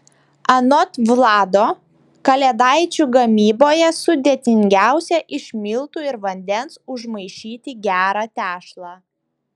anot vlado kalėdaičių gamyboje sudėtingiausia iš miltų ir vandens užmaišyti gerą tešlą